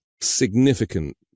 significant